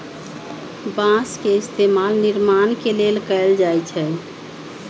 बास के इस्तेमाल निर्माण के लेल कएल जाई छई